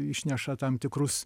išneša tam tikrus